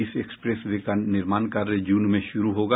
इस expressway का निर्माण कार्य जून में शुरू होगा